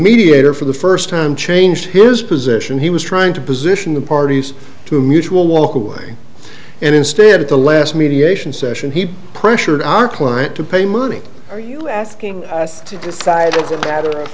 mediator for the first time changed his position he was trying to position the parties to a mutual walk away and instead at the last mediation session he pressured our client to pay money are you asking us to decide